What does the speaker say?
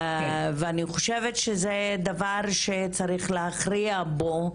אני חושבת שזה דבר שצריך להכריע בו,